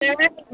seven ये